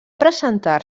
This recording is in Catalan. presentar